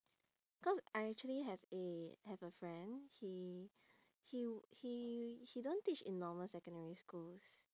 cause I actually have a have a friend he he he he don't teach in normal secondary schools